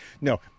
No